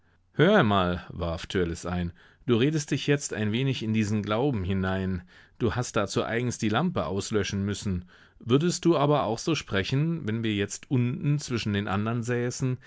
hör einmal warf törleß ein du redest dich jetzt ein wenig in diesen glauben hinein du hast dazu eigens die lampe auslöschen müssen würdest du aber auch so sprechen wenn wir jetzt unten zwischen den andern säßen